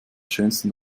schönsten